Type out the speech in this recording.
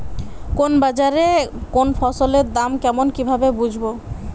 কোন বাজারে কোন ফসলের দাম কেমন কি ভাবে বুঝব?